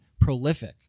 prolific